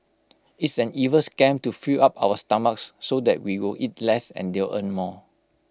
it's an evil scam to fill up our stomachs so that we will eat less and they'll earn more